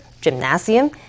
gymnasium